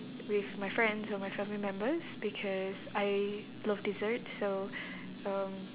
with my friends or my family members because I love desserts so um